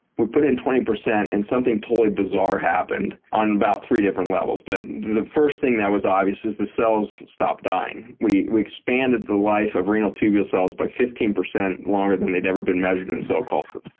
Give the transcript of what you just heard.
we'd put in twenty percent and something totally bizarre happened on about three different levels but the first thing that was obvious is the cells stopped dying. we we expanded the life of renal tubule cells by fifteen percent longer than they'd ever been measured in cell culture.